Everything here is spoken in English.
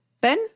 Ben